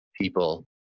people